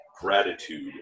gratitude